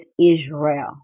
Israel